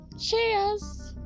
Cheers